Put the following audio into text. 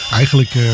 eigenlijk